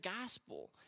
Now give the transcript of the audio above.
gospel